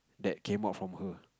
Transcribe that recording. that came out from her